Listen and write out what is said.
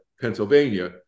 Pennsylvania